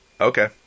Okay